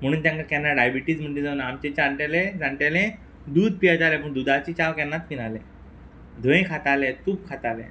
म्हुणून तांकां केन्ना डायबिटीच म्हणट ती जावना आमचे चाण्टेले जाण्टेले दूद पियेताले पूण दुदाची चाव केन्नात पिनाल्हे धंय खाताले तूप खाताले